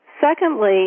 Secondly